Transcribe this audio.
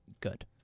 good